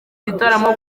gitaramo